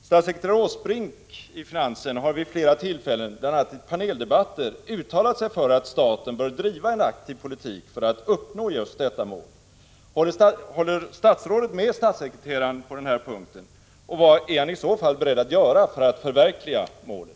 Statssekreterare Åsbrink i finansdepartementet har vid flera tillfällen, bl.a. i paneldebatter, uttalat sig för att staten bör driva en aktiv politik för att uppnå just detta mål. Håller statsrådet med statssekreteraren på den här punkten, och vad är han i så fall beredd att göra för att förverkliga målet?